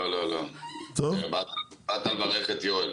לא, באת לברך את יואל.